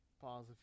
pause